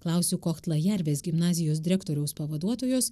klausiu kohtla jervės gimnazijos direktoriaus pavaduotojos